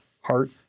heart